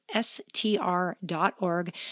str.org